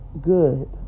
good